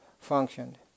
functioned